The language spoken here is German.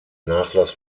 nachlass